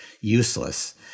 useless